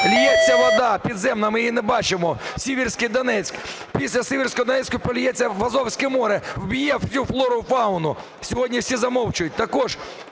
ллється вода підземна? Ми її не бачимо, в Сіверський Донець. Після Сіверського Донця поллється в Азовське море, вб'є всю флору, фауну. Сьогодні всі замовчують. Також